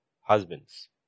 husbands